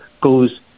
goes